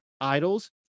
idols